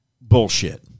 Bullshit